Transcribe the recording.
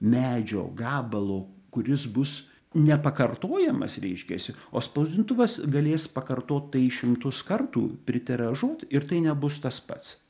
medžio gabalo kuris bus nepakartojamas reiškiasi o spausdintuvas galės pakartot tai šimtus kartų pritiražuot ir tai nebus tas pats